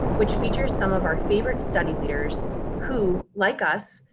which features, some of our favorite study leaders who, like us,